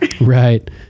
right